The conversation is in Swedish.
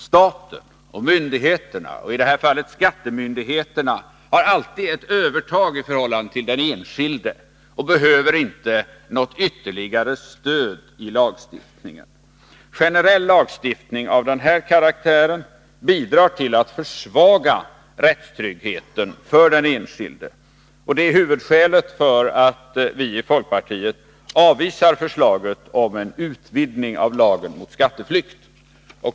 Staten och myndigheterna — i det här fallet skattemyndigheterna — har alltid ett övertag i förhållande till den enskilde och behöver inte något ytterligare stöd i lagstiftningen. Generell lagstiftning av den här karaktären bidrar till att försvaga rättstryggheten för den enskilde, och det är huvudskälet till att vi i folkpartiet avvisar förslaget om en utvidgning av lagen mot skatteflykt.